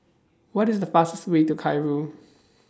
What IS The fastest Way to Cairo